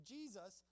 Jesus